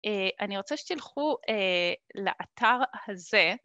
אני רוצה שתלכו לאתר הזה.